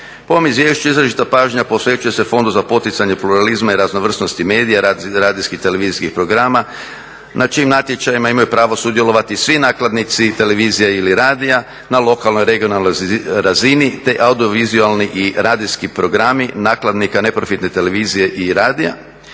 ovom izvješću izričita pažnja posvećuje se fondu za poticanje pluralizma i raznovrsnosti medija, radijskih i televizijskih programa na čijim natječajima imaju pravo sudjelovati svi nakladnici televizija ili radija na lokalnoj i regionalnoj razini, te audio vizualni i radijski programi nakladnika neprofitne televizije i radija.